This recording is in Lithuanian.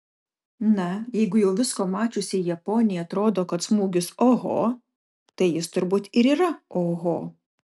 na jeigu jau visko mačiusiai japonei atrodo kad smūgis oho tai jis turbūt ir yra oho